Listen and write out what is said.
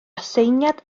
aseiniad